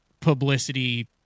publicity